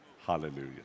Hallelujah